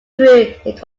through